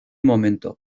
momento